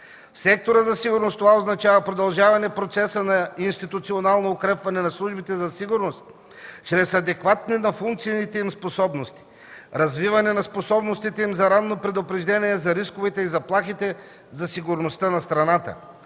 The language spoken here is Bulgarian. сектора за сигурност това означава продължаване процеса на институционално укрепване на службите за сигурност чрез адекватни на функциите им способности, развиване на способностите им за ранно предупреждение за рисковете и заплахите за сигурността на страната